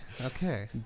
okay